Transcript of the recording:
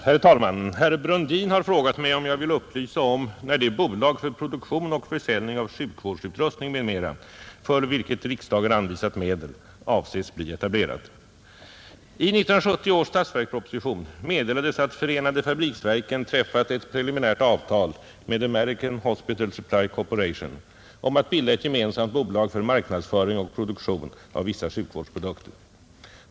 Herr talman! Herr Brundin har frågat mig om jag vill upplysa om när 18 maj 1971 det bolag för produktion och försäljning av sjukvårdsutrustning m.m., för vilket riksdagen anvisat medel, avses bli etablerat. Ang. etablerande I 1970 års statsverksproposition meddelades att förenade fabriksver Av ett bolag för proken träffat ett preliminärt avtal med American Hospital Supply Corpora = duktion och försäljtion om att bilda ett gemensamt bolag för marknadsföring och ning av sjukvårdsproduktion av vissa sjukvårdsprodukter.